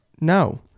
No